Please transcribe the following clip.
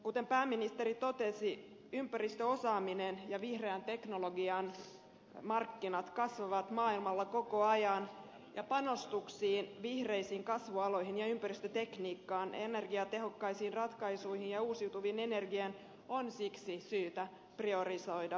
kuten pääministeri totesi ympäristöosaaminen ja vihreän teknologian markkinat kasvavat maailmalla koko ajan ja panostuksia vihreisiin kasvualoihin ympäristötekniikkaan energiatehokkaisiin ratkaisuihin ja uusiutuvaan energiaan on siksi syytä priorisoida myös suomessa